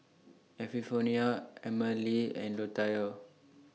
Epifanio Emmalee and Latoya